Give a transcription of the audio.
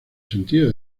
sentido